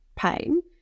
pain